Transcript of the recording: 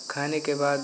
खाने के बाद